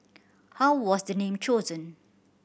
how was the name chosen